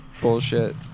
bullshit